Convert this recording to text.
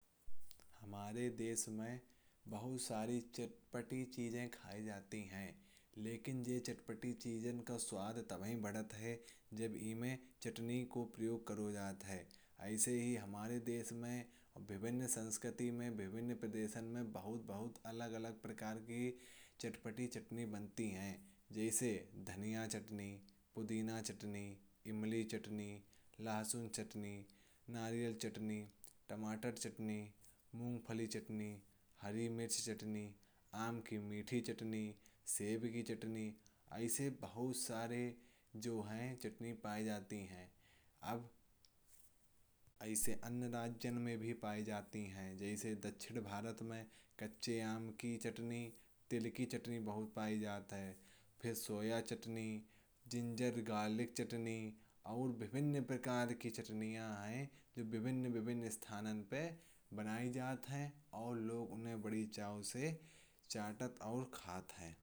हमारे देश में बहुत सारी चटपटी चीजें खाई जाती हैं। लेकिन ये चटपटी चीजें का स्वाद तभी बढ़ता है जब इनमें चटनी का प्रयोग करो जाता है। ऐसे ही हमारे देश में विभिन्न संस्कृति में विभिन्न प्रदर्शन में बहुत। बहुत अलग अलग प्रकार की चटपटी चटनी बनती है। जैसे धनिया चटनी, पुदीना चटनी, इमली चटनी, लहसुन चटनी, नारियल चटनी। टमाटर चटनी, मूंगफली चटनी, हरी मिर्च चटनी, आम की मीठी चटनी। सेब की चटनी ऐसे बहुत सारे जो हैं चटनी पाई जाती हैं। अब ऐसे अन्य राज्य में भी पाई जाती हैं जैसे दक्षिण भारत में कच्चे आम की चटनी। तिल की चटनी बहुत पाई जाता है। फिर सोया चटनी, जिनजर गार्लिक चटनी और विभिन्न प्रकार की चटनियां आए। जो विभिन्न विभिन्न स्थानों पर बनाई जात है और लोग उन्हें बड़ी चाव से चाटत और खाात हैं।